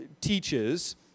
teaches